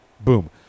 boom